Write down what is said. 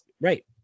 Right